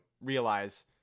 realize